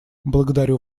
благодарю